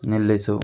ನಿಲ್ಲಿಸು